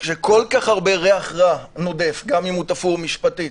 כשכל-כך הרבה ריח רע נודף מן העניין גם אם הוא תפור משפטית